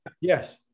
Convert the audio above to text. yes